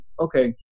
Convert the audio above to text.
okay